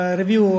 review